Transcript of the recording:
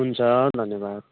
हुन्छ धन्यवाद